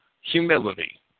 humility